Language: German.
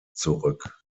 zurück